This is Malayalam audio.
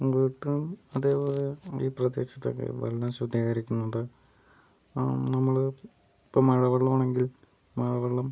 വീട്ടിലും അതുപോലെ ഈ പ്രദേശത്തൊക്കെ വെള്ളം ശുദ്ധീകരിക്കുന്നുണ്ട് ആ നമ്മള് ഇപ്പോൾ മഴവെളളമാണങ്കിൽ മഴവെള്ളം